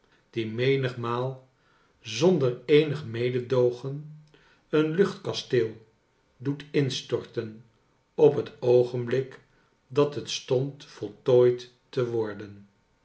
die menigmaal zonder eenig mededoogen een luchtkasteel doet instorten op het oogenblik dat het stond voltooid te worden